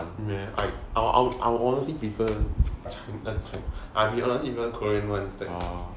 没有 I honestly prefer chi~ I honestly prefer korean ones that